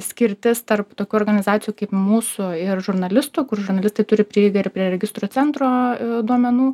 skirtis tarp tokių organizacijų kaip mūsų ir žurnalistų kur žurnalistai turi prieigą ir prie registrų centro duomenų